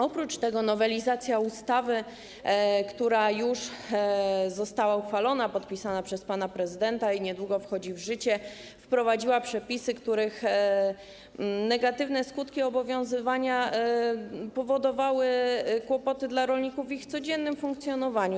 Oprócz tego nowelizacja ustawy, która już została uchwalona, podpisana przez pana prezydenta i niedługo wchodzi w życie, wprowadziła zmiany dotyczące przepisów, których negatywne skutki obowiązywania powodowały kłopoty dla rolników w ich codziennym funkcjonowaniu.